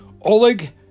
Oleg